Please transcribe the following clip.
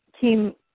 team